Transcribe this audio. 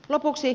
lopuksi